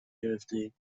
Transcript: گرفتهایم